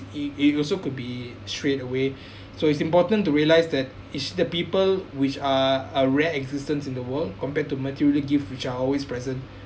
it it also could be straight away so it's important to realise that it's the people which are a rare existence in the world compared to material give which are always present